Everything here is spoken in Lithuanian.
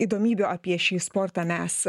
įdomybių apie šį sportą mes